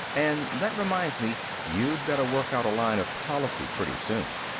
and that reminds me you'd better work out a line of policy, pretty soon.